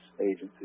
agencies